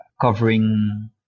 covering